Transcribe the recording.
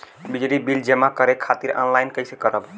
बिजली बिल जमा करे खातिर आनलाइन कइसे करम?